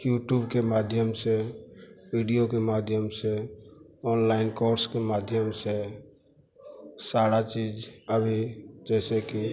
YouTube के माध्यम से वीडियो के माध्यम से ऑनलाइन कोर्स के माध्यम से सारी चीज़ अभी जैसे कि